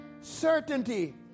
certainty